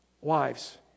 Wives